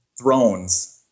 thrones